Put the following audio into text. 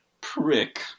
Prick